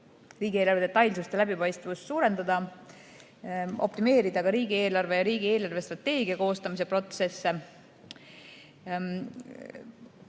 riigieelarve detailsust ja läbipaistvust suurendada, optimeerida ka riigieelarve ja riigi eelarvestrateegia koostamise protsesse.